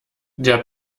der